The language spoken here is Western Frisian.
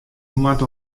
moat